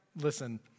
listen